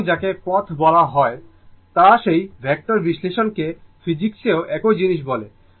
সুতরাং যাকে পথ বলা হয় তা সেই ভেক্টর বিশ্লেষণকে সময় দেখুন 1959 ফিজিক্স এ ও একই জিনিস বলে